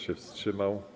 się wstrzymał?